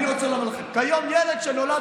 אני רוצה לומר לכם: כיום ילד שנולד